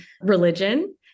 religion